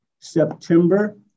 September